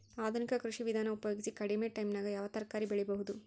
ಆಧುನಿಕ ಕೃಷಿ ವಿಧಾನ ಉಪಯೋಗಿಸಿ ಕಡಿಮ ಟೈಮನಾಗ ಯಾವ ತರಕಾರಿ ಬೆಳಿಬಹುದು?